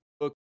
look